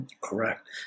Correct